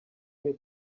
here